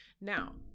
Now